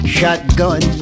Shotgun